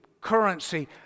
currency